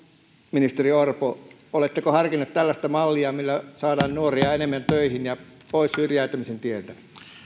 ministeri orpo oletteko harkinneet tällaista mallia millä saadaan enemmän nuoria töihin ja pois syrjäytymisen tieltä